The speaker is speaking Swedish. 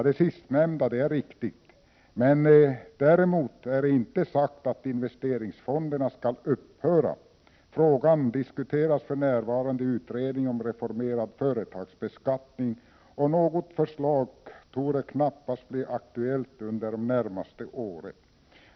Det sistnämnda är riktigt, men däremot är det inte sagt att investeringsfonderna skall upphöra. Frågan diskuteras för närvarande i utredningen om reformerad företagsbeskattning, och något förslag torde knappast bli aktuellt under det närmaste året.